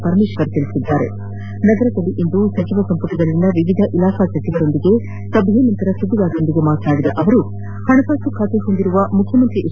ಪರಮೇಶ್ವರ್ ತಿಳಿಸಿದ್ದಾರೆನಗರದಲ್ಲಿಂದು ಸಚಿವ ಸಂಪುಟದಲ್ಲಿನ ವಿವಿಧ ಇಲಾಖಾ ಸಚಿವರುಗಳೊಂದಿಗೆ ನಡೆಸಿದ ಸಭೆ ನಂತರ ಸುದ್ದಿಗಾರರೊಂದಿಗೆ ಮಾತನಾಡಿದ ಅವರು ಹಣಕಾಸು ಖಾತೆ ಹೊಂದಿರುವ ಮುಖ್ಜಮಂತ್ರಿ ಎಚ್